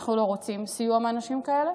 אנחנו לא רוצים סיוע מאנשים כאלה,